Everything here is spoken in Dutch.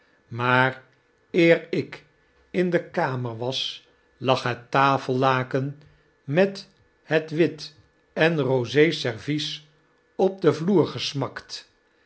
maar eer ik in de kamer was lag net tafellaken met het wit en rose servies op den vloer gesmakt